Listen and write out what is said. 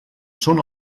són